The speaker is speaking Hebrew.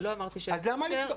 אז למה לסגור?